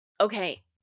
Okay